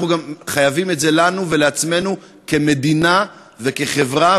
אנחנו חייבים את זה לנו ולעצמנו כמדינה וכחברה.